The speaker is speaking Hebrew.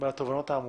ועדת החוקה,